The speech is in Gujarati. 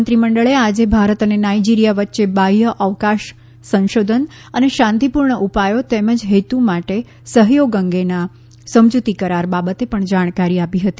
મંત્રીમંડળે આજે ભારત અને નાઇજેરિયા વચ્ચે બાહ્ય અવકાશ સંશોધન અને શાંતિપૂર્ણ ઉપાયો તેમજ હેતુ માટે સહયોગ અંગેના સમજૂતી કરાર બાબતે પણ જાણકારી આપી હતી